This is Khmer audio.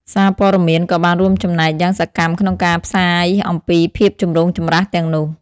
សារព័ត៌មានក៏បានរួមចំណែកយ៉ាងសកម្មក្នុងការផ្សាយអំពីភាពចម្រូងចម្រាសទាំងនោះ។